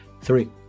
Three